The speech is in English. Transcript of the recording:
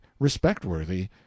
respectworthy